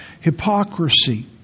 hypocrisy